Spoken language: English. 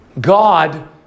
God